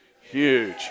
huge